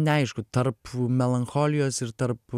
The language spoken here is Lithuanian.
neaišku tarp melancholijos ir tarp